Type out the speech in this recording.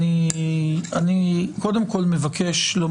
קודם כול אני מבקש לומר,